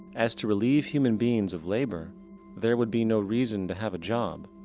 as to relieve human beings of labor there would be no reason to have a job.